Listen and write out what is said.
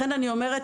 לכן אני אומרת,